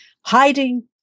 hiding